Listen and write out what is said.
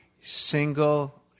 single